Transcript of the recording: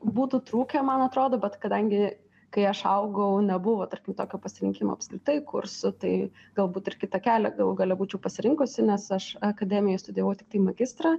būtų trūkę man atrodo bet kadangi kai aš augau nebuvo tarkim tokio pasirinkimo apskritai kursų tai galbūt ir kitą kelią galų gale būčiau pasirinkusi nes aš akademijoj studijavau tiktai magistrą